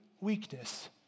weakness